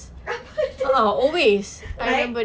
apa like